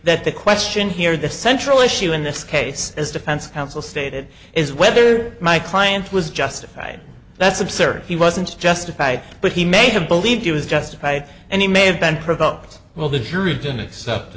that the question here the central issue in this case is defense counsel stated is whether my client was justified that's absurd he wasn't justified but he may have believed he was justified and he may have been provoked well the jury